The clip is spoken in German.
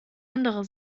andere